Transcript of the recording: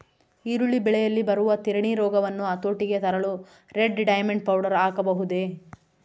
ಈರುಳ್ಳಿ ಬೆಳೆಯಲ್ಲಿ ಬರುವ ತಿರಣಿ ರೋಗವನ್ನು ಹತೋಟಿಗೆ ತರಲು ರೆಡ್ ಡೈಮಂಡ್ ಪೌಡರ್ ಹಾಕಬಹುದೇ?